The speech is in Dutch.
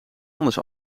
anders